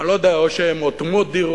אני לא יודע, או שהן אוטמות דירות.